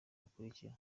bukurikira